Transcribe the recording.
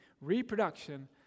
Reproduction